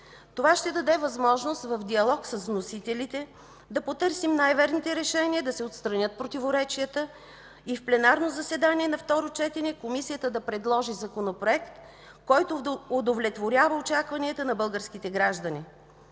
Това ще даде възможност в диалог с вносителите да потърсим най-верните решения, да се отстранят противоречията и в пленарно заседание на второ четене Комисията да предложи законопроект, който да удовлетворява очакванията на българските граждани.